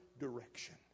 direction